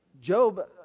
Job